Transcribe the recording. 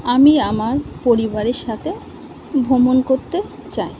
আমি আমার পরিবারের সাথে ভ্রমণ করতে চাই